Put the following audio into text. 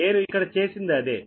నేను ఇక్కడ చేసింది అదే